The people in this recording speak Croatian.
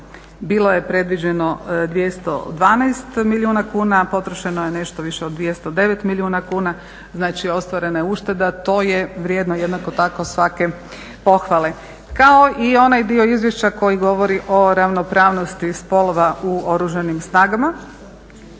Bilo je predviđeno 212 milijuna kuna, a potrošeno je nešto više od 209 milijuna kuna. Znači, ostvarena je ušteda. To je vrijedno jednako tako svake pohvale kao i onaj dio izvješća koji govori o ravnopravnosti spolova u Oružanim snagama.